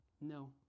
No